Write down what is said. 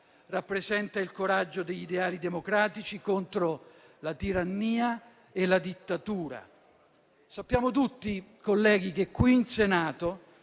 rappresenta il coraggio degli ideali democratici contro la tirannia e la dittatura. Onorevoli colleghi, sappiamo che qui in Senato